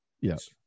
Yes